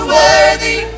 worthy